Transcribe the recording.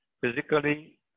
physically